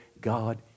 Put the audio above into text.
God